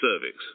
cervix